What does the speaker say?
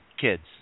kids